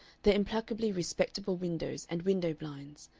their implacably respectable windows and window-blinds,